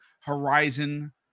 Horizon